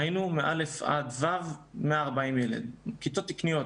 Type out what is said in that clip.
היו בכיתות א' ו' 140 ילדים, כיתות תקניות.